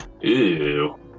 Ew